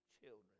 children